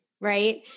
right